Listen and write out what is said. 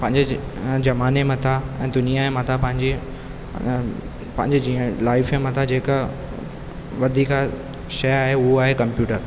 पंहिंजे ज़माने मथां दुनिया जे मथा पंहिंजी पंहिंजी लाइफ जे मथो जेका वधीक शइ आहे उहा आहे कम्पयूटर